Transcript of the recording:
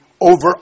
over